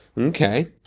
Okay